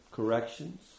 Corrections